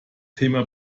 thema